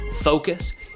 focus